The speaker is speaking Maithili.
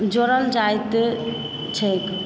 जोड़ल जाइत छैक